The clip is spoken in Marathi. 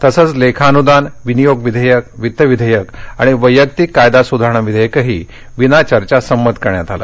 तसंच लेखान्दान विनियोग विधेयक वित्त विधेयक आणि वैयक्तिक कायदा सुधारणा विधेयकही विनाचर्चा संमत करण्यात आलं